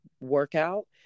workout